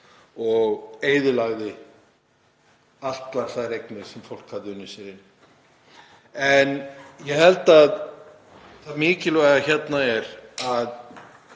og eyðilagði allar þær eignir sem fólk hafði unnið sér inn. Það mikilvæga hérna er að